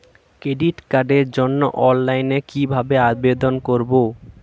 Credit কার্ডের জন্য অনলাইনে কিভাবে আবেদন করব?